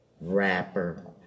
rapper